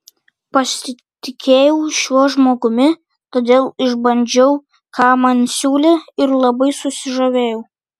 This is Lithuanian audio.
pasitikėjau šiuo žmogumi todėl išbandžiau ką man siūlė ir labai susižavėjau